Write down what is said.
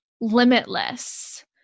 limitless